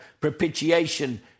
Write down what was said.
Propitiation